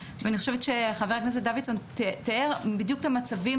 אני חושבת שחבר הכנסת דוידסון תיאר בדיוק את המצבים